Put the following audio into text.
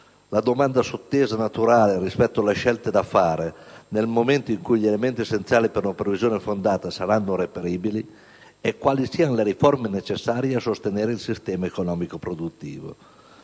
La domanda sottesa, rispetto alle scelte da fare nel momento in cui gli elementi essenziali per una previsione fondata saranno reperibili, è quali siano le riforme necessarie a sostenere il sistema economico e produttivo.